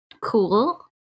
cool